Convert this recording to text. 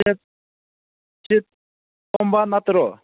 ꯁꯤ ꯁꯤ ꯇꯣꯝꯕ ꯅꯠꯇ꯭ꯔꯣ